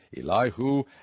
Elihu